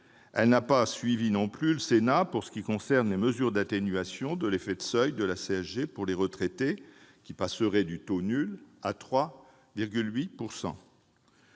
Elle n'a pas non plus suivi le Sénat pour ce qui concerne les mesures d'atténuation de l'effet de seuil de la CSG pour les retraités qui passeraient du taux nul au